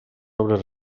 obres